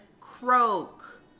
Croak